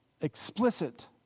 explicit